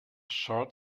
short